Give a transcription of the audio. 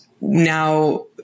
now